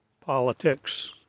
politics